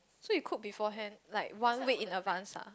so you cook beforehand like one week in advance lah